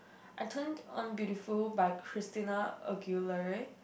I turned on Beautiful by Christina Aguilera